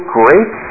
great